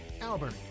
Albert